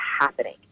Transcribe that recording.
happening